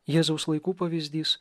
jėzaus laikų pavyzdys